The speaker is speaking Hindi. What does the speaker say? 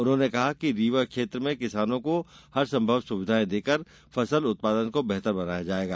उन्होंने कहा कि रीवा क्षेत्र में किसानों को हरसंभव सुविधाएं देकर फसल उत्पादन को बेहतर बनाया जायेगा